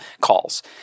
calls